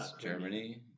Germany